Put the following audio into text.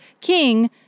king